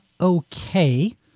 okay